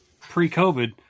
pre-COVID